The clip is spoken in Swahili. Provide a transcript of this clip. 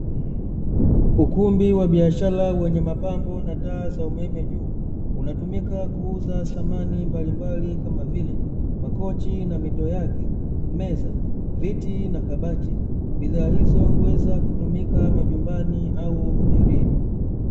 Ukumbi wa biashara wenye mapambo na taa za umeme juu, unatumika kuuza samani mbalimbali kama vile: makochi na mito yake, meza, viti na kabati. Bidhaa hizo huweza kutumika majumbani au hotelini.